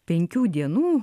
penkių dienų